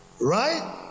Right